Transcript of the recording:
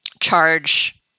charge